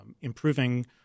improving